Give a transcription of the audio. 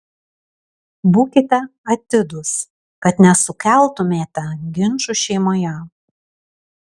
būkite atidūs kad nesukeltumėte ginčų šeimoje